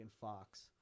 Fox